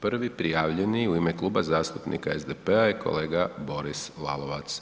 Prvi prijavljeni u ime Kluba zastupnika SDP-a je kolega Boris Lalovac.